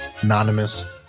Anonymous